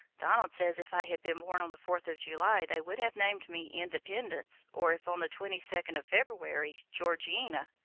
donald says if i had been born on the fourth of july they would have named me independence, or if on the twenty-second of february, georgina,